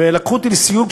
ולקחו אותי לסיור,